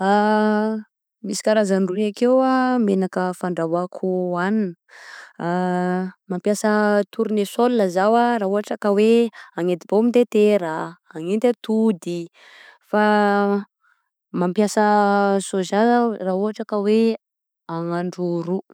Misy karazany roy akeo menaka fandrahoako hagnina, mampiasa tournesol zaho a, ra ohatra ka oe hanendy pomme de terre a, hanendy atody, fa mampiasa sôza zaho ra ohatra ka hoe ahandro ro.